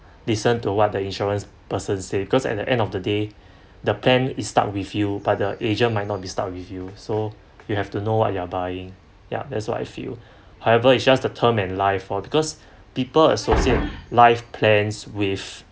listen to what the insurance person say because at the end of the day the plan it stuck with you but the agent might not be stuck with you so you have to know what you are buying ya that's what I feel however it's just the term and life or because people associate life plans with